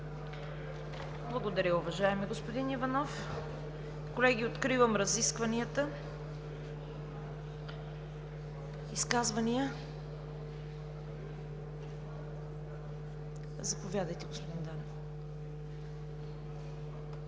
Благодаря, уважаеми господин Иванов. Колеги, откривам разискванията. Изказвания? Заповядайте, господин Данчев. ДИМИТЪР